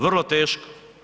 Vrlo teško.